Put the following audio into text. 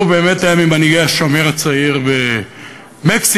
הוא באמת היה ממנהיגי "השומר הצעיר" במקסיקו,